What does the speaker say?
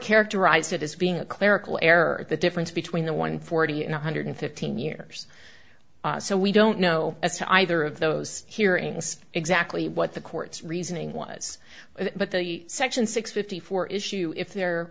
characterized it as being a clerical error the difference between the one forty and one hundred fifteen years so we don't know as to either of those hearings exactly what the court's reasoning was but the section six fifty four issue if there